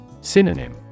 Synonym